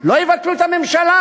לא יבטלו את הממשלה,